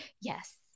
yes